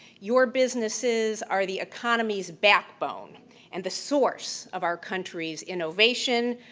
your businesses are the economy's backbone and the source of our country's innovation,